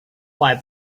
why